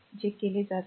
हे केले जात नाही